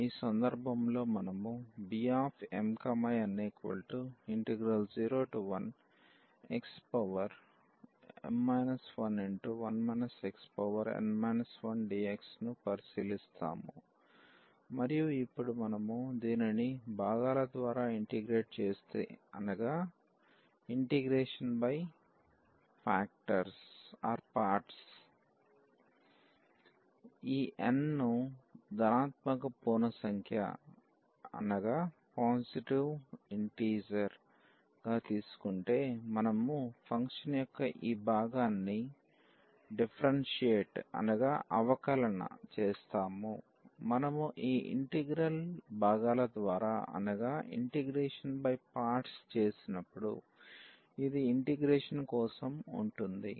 ఈ సందర్భంలో మనము ఈ Bmn01xm 11 xn 1dx ను పరిశీలిస్తాము మరియు ఇప్పుడు మనము దీనిని భాగాల ద్వారా ఇంటిగ్రేట్ చేసి ఈ n ను ధనాత్మక పూర్ణ సంఖ్య గా తీసుకుంటే మనము ఫంక్షన్ యొక్క ఈ భాగాన్ని అవకలన చేస్తాము మనము ఈ ఇంటిగ్రల్ భాగాల ద్వారా చేసినప్పుడు ఇది ఇంటిగ్రేషన్ కోసం ఉంటుంది